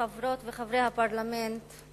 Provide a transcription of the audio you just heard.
חברות וחברי הפרלמנט,